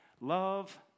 love